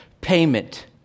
payment